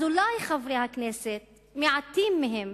אז אולי חברי הכנסת, מעטים מהם